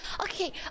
Okay